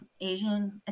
Asian